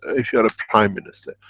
if you are a prime minister.